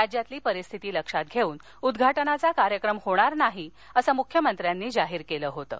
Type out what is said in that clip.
राज्यातली परिस्थिती लक्षात घेऊन उद्घाटनाचा कार्यक्रम होणार नाही असं मुख्यमंत्र्यांनी जाहीर केलं होतं